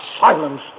silence